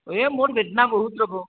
অয়ে মোৰ বেদনা বহুত ৰ'ব